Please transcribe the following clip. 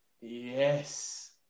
Yes